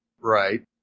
Right